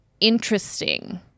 interesting